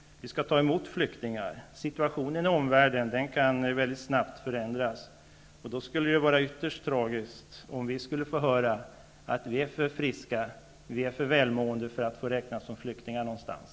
Vi skall ta emot flyktingar. Situationen i omvärlden kan mycket snabbt förändras. Då skulle det vara ytterst tragiskt om vi skulle få höra att vi är för friska och för välmående för att få räknas som flyktingar någonstans.